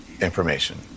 information